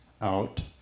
out